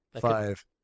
Five